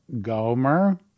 Gomer